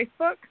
Facebook